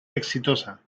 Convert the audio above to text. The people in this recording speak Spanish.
exitosa